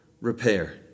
Repair